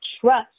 Trust